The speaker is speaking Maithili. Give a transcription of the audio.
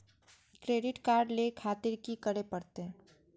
क्रेडिट कार्ड ले खातिर की करें परतें?